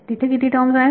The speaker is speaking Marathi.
तिथे किती टर्म आहेत